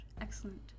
Excellent